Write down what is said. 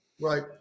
Right